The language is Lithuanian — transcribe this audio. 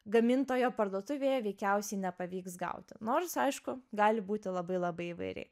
gamintojo parduotuvėje veikiausiai nepavyks gauti nors aišku gali būti labai labai įvairiai